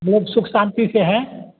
लोग सुख शांति से हैं